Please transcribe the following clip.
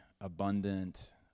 abundant